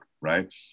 right